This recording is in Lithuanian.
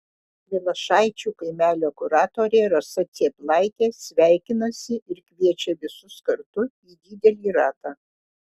milašaičių kaimelio kuratorė rasa cėplaitė sveikinasi ir kviečia visus kartu į didelį ratą